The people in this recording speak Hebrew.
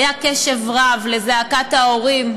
היה קשב רב לזעקת ההורים,